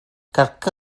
கற்க